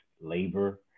labor